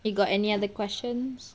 you got any other questions